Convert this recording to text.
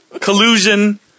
Collusion